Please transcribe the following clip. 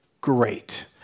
great